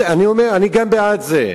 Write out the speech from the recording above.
בסדר, אני אומר שאני גם בעד זה.